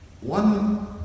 One